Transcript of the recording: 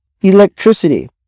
Electricity